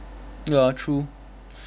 ya true